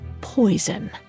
poison